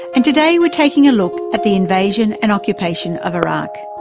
and today we're taking a look at the invasion and occupation of iraq.